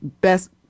best